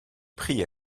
prit